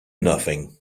nothing